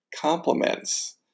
compliments